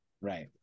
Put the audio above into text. right